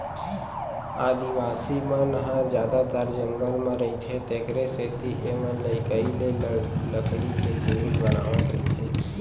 आदिवासी मन ह जादातर जंगल म रहिथे तेखरे सेती एमनलइकई ले लकड़ी के जिनिस बनावत रइथें